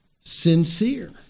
Sincere